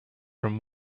from